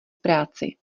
práci